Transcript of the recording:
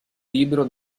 libro